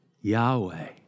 Yahweh